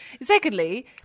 Secondly